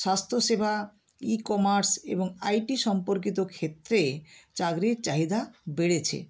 স্বাস্থ্য সেবা e commerce এবং আইটি সম্পর্কিত ক্ষেত্রে চাকরির চাহিদা বেড়েছে